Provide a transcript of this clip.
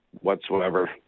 whatsoever